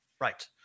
Right